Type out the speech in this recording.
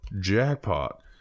jackpot